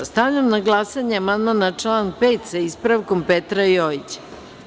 Stavljam na glasanje amandman na član 5, sa ispravkom, Petra Jojića.